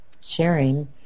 sharing